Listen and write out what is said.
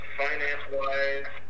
finance-wise